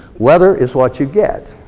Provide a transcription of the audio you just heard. weather is what you get.